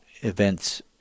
events